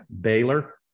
Baylor